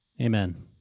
amen